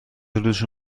روزشو